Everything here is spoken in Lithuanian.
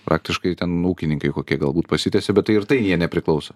praktiškai ten ūkininkai kokie galbūt pasitiesė bet tai ir tai jie nepriklauso